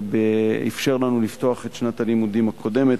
ואפשר לנו לפתוח את שנת הלימודים הקודמת.